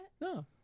No